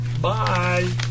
Bye